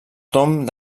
tomb